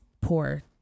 poor